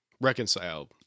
reconcile